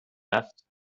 رفت